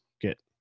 get